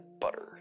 butter